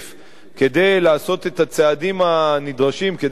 כדי לעשות את הצעדים הנדרשים כדי לצמצם